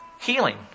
healing